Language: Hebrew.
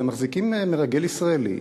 אתם מחזיקים מרגל ישראלי,